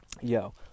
Yo